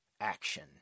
action